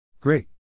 Great